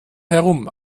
herum